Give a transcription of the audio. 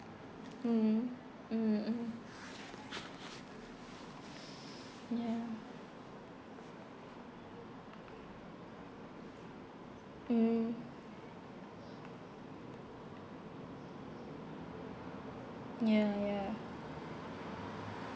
mm mm mm ya mm ya ya